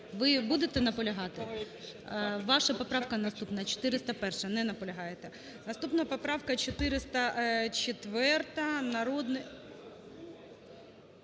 Ви будете наполягати? Ваша поправка наступна 401. Не наполягаєте. Наступна поправка 404, народний…